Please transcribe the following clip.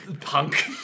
punk